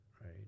right